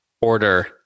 order